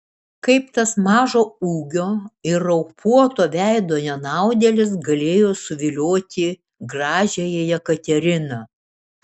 kaip tas mažo ūgio ir raupuoto veido nenaudėlis galėjo suvilioti gražiąją jekateriną